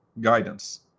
guidance